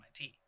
MIT